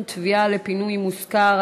תביעה לפינוי מושכר),